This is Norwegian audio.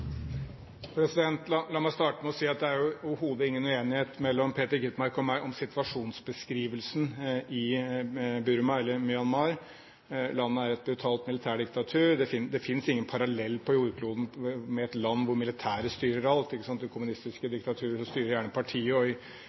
La meg starte med å si at det er overhodet ingen uenighet mellom Peter Skovholt Gitmark og meg om situasjonsbeskrivelsen i Burma, eller Myanmar. Landet er et brutalt militærdiktatur. Det finnes ingen parallell på jordkloden – et land der det militære styrer alt. Det kommunistiske diktaturet styrer gjerne